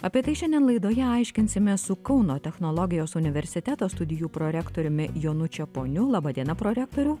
apie tai šiandien laidoje aiškinsimės su kauno technologijos universiteto studijų prorektoriumi jonu čeponiu laba diena prorektoriau